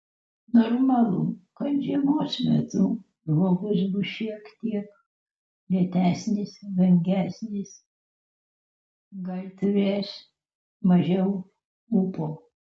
normalu kad žiemos metu žmogus bus šiek tiek lėtesnis vangesnis gal turės mažiau ūpo